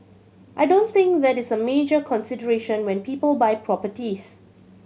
I don't think that is a major consideration when people buy properties